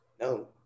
No